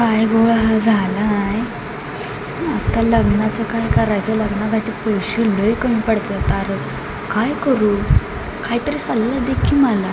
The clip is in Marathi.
काय घोळ हा झाला आहे आता लग्नाचं काय करायचं लग्नासाठी पैसे लई कमी पडताय अरे काय करू कायतरी सल्ला दे की मला